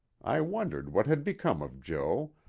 i wondered what had become of jo,